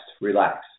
Relax